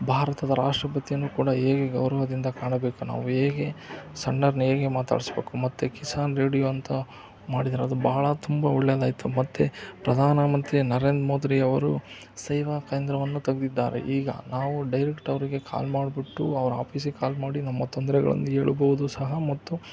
ಭಾರತದ ರಾಷ್ಟ್ರಪತಿಯನ್ನು ಕೂಡ ಹೇಗೆ ಗೌರವದಿಂದ ಕಾಣಬೇಕು ನಾವು ಹೇಗೆ ಸಣ್ಣವ್ರನ್ನ ಹೇಗೆ ಮಾತಾಡ್ಸ್ಬೇಕು ಮತ್ತು ಕಿಸಾನ್ ರೇಡಿಯೋ ಅಂತ ಮಾಡಿದ್ರು ಅದು ಭಾಳ ತುಂಬ ಒಳ್ಳೆಯದಾಯ್ತು ಮತ್ತು ಪ್ರಧಾನಮಂತ್ರಿ ನರೇಂದ್ರ ಮೋದಿ ಅವರು ಸೇವಾಕೇಂದ್ರವನ್ನು ತೆಗ್ದಿದ್ದಾರೆ ಈಗ ನಾವು ಡೈರೆಕ್ಟ್ ಅವರಿಗೆ ಕಾಲ್ ಮಾಡಿಬಿಟ್ಟು ಅವ್ರ ಆಫೀಸಿಗೆ ಕಾಲ್ ಮಾಡಿ ನಮ್ಮ ತೊಂದ್ರೆಗಳನ್ನು ಹೇಳ್ಬೋದು ಸಹ ಮತ್ತು